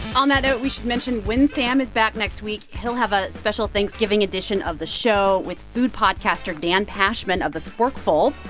on that note, we should mention when sam is back next week, he'll have a special thanksgiving edition of the show with food podcaster dan pashman of the sporkful.